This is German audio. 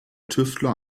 tüftler